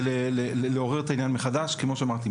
ולעורר את העניין מחדש כמו שאמרתי,